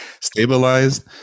stabilized